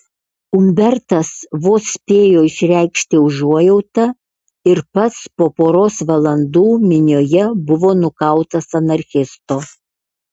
umbertas vos spėjo išreikšti užuojautą ir pats po poros valandų minioje buvo nukautas anarchisto